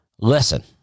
listen